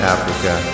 Africa